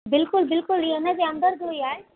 बिल्कुलु बिल्कुलु हीअ इनजे अंदरि जो ई आहे